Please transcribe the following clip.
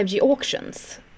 auctions